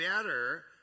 better